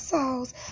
Sauce